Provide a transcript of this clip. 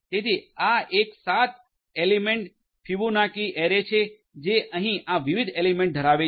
તેથી આ એક સાત એલિમેન્ટ ફિબોનાકી એરે છે જે અહીં આ વિવિધ એલિમેન્ટ ધરાવે છે